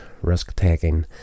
risk-taking